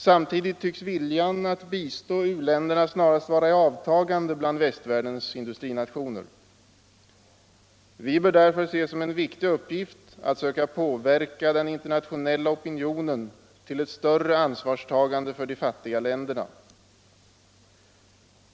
Samtidigt tycks viljan att bistå u-länderna snarast vara i avtagande bland västvärldens industrinationer. Vi bör därför se som en viktig uppgift att söka påverka den internationella opinionen till ett större ansvarstagande för de fattiga länderna.